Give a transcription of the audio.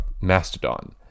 Mastodon